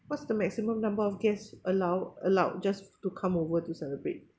what's the maximum number of guests allowed allowed just to come over to celebrate